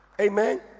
amen